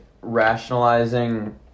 rationalizing